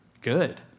good